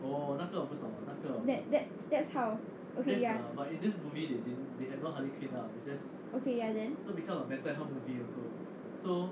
that that that's how okay ya okay ya then